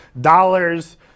dollars